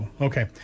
Okay